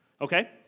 okay